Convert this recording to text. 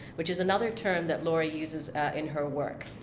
which is another term that lori uses in her work.